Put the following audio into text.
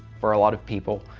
for a lot of people,